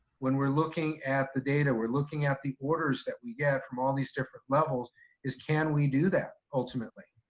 when we're looking at the data, we're looking at the orders that we get from all these different levels is can we do that ultimately?